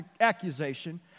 accusation